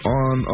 on